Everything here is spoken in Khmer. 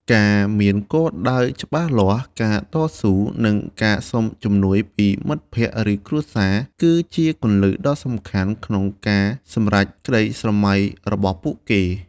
ការមានគោលដៅច្បាស់លាស់ ការតស៊ូ និងការសុំជំនួយពីមិត្តភ័ក្តិ ឬគ្រួសារ គឺជាគន្លឹះដ៏សំខាន់ក្នុងការសម្រេចក្តីស្រមៃរបស់ពួកគេ។